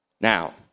Now